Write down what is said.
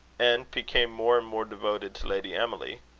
and became more and more devoted to lady emily.